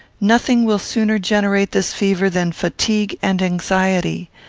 nothing will sooner generate this fever than fatigue and anxiety.